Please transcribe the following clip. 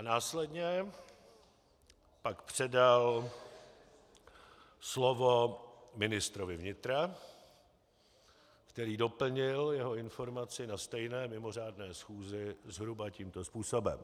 Následně pak předal slovo ministru vnitra, který doplnil jeho informaci na stejné mimořádné schůzi zhruba tímto způsobem.